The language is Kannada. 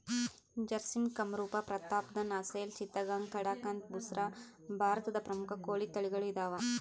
ಜರ್ಸಿಮ್ ಕಂರೂಪ ಪ್ರತಾಪ್ಧನ್ ಅಸೆಲ್ ಚಿತ್ತಗಾಂಗ್ ಕಡಕಂಥ್ ಬುಸ್ರಾ ಭಾರತದ ಪ್ರಮುಖ ಕೋಳಿ ತಳಿಗಳು ಇದಾವ